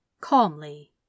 calmly